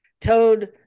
Toad